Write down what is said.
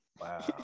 Wow